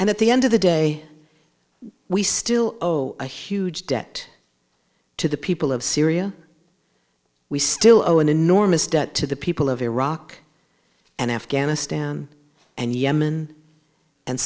and at the end of the day we still owe a huge debt to the people of syria we still owe an enormous debt to the people of iraq and afghanistan and yemen and